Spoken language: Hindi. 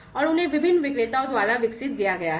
और उन्हें विभिन्न विक्रेताओं द्वारा विकसित किया गया है